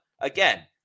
again